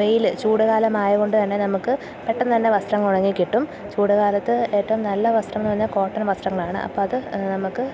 വെയില് ചൂടുകാലമായതുകൊണ്ടുതന്നെ നമുക്കു പെട്ടെന്നുതന്നെ വസ്ത്രങ്ങള് ഉണങ്ങിക്കിട്ടും ചൂടുകാലത്ത് ഏറ്റവും നല്ല വസ്ത്രമെന്നു പറഞ്ഞാല് കോട്ടൺ വസ്ത്രങ്ങളാണ് അപ്പോള് അതു നമുക്കു